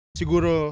siguro